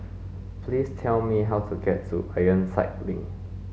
please tell me how to get to Ironside Link